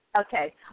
Okay